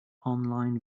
online